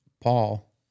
Paul